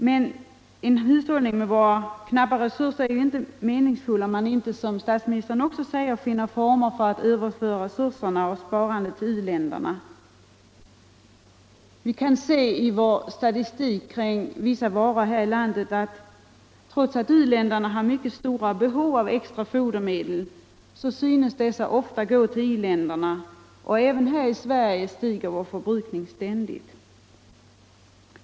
Men en hushållning med våra internationellt knappa resurser är inte meningsfull, om vi inte — som statsministern anger i svaret — finner former för att överföra resurser och sparande till u-länderna. Vi kan se i vår statistik kring vissa varor här i landet att trots att u-länderna har stora behov av extra fodermedel tycks dessa ofta gå till i-länderna, och även här i Sverige stiger förbrukningen ständigt.